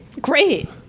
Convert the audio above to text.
Great